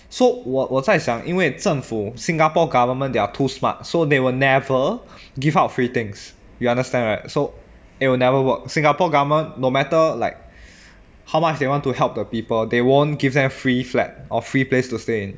so 我我在想因为政府 singapore government they are two smart so they will never give out free things you understand right so it will never work singapore government no matter like how much they want to help the people they won't give them free flat or free place to stay in